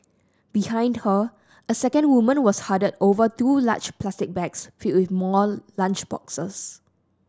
behind her a second woman was huddled over two large plastic bags filled with more lunch boxes